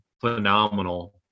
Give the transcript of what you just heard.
phenomenal